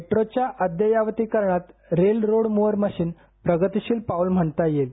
मेट्रोच्या अद्ययावतीकरणात rail road mover machine प्रगतीशील पाऊल म्हणता येईल